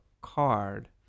card